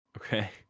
Okay